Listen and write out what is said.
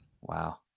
Wow